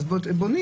אז בונים